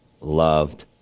loved